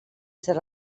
ser